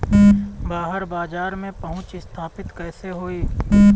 बाहर बाजार में पहुंच स्थापित कैसे होई?